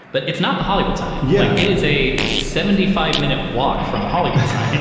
but it's not the hollywood sign. yeah it is a seventy five minute walk from the hollywood sign.